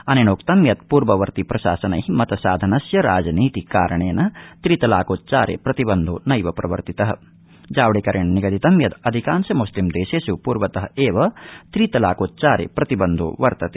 अनेनोक्तं यत् पूववर्ति प्रशासनै मत साधनस्य राजनीति करणेन त्रितलाकोच्चारे प्रतिबन्धो नैव प्रवर्तित जावडेकरेण निगदित यत् अधिकांश मुस्लिम देशेष् पूर्वत एवं त्रितलाकोच्चारे प्रतिबन्धो वर्तते